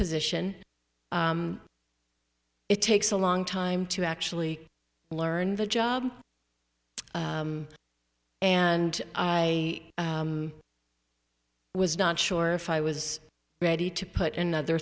position it takes a long time to actually learn the job and i was not sure if i was ready to put another